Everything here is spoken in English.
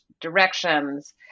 directions